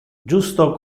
justo